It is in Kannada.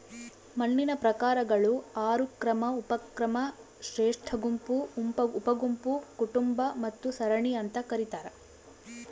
ಮಣ್ಣಿನ ಪ್ರಕಾರಗಳು ಆರು ಕ್ರಮ ಉಪಕ್ರಮ ಶ್ರೇಷ್ಠಗುಂಪು ಉಪಗುಂಪು ಕುಟುಂಬ ಮತ್ತು ಸರಣಿ ಅಂತ ಕರೀತಾರ